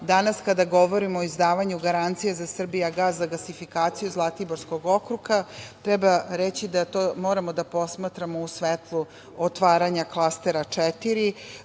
danas, kada govorimo o izdavanju garancija za „Srbijagas“, za gasifikaciju Zlatiborskog okruga, treba reći da to moramo da posmatramo u svetlu otvaranja Klastera 4